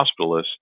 hospitalists